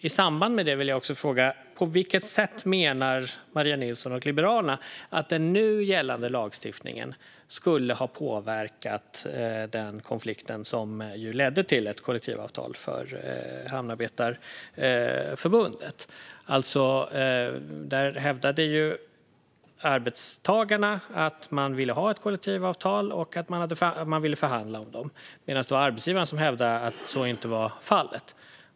I samband med det vill jag fråga på vilket sätt Maria Nilsson och Liberalerna menar att den nu gällande lagstiftningen skulle ha påverkat konflikten som ledde till ett kollektivavtal för Svenska Hamnarbetarförbundet. Arbetstagarna hävdade att man ville ha ett kollektivavtal och ville förhandla om det, medan arbetsgivaren hävdade att så inte var fallet.